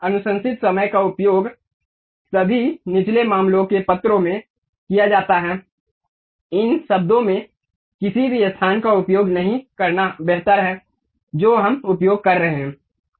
अनुशंसित समय का उपयोग सभी निचले मामलों के पत्रों में किया जाता है इन शब्दों में किसी भी स्थान का उपयोग नहीं करना बेहतर है जो हम उपयोग कर रहे हैं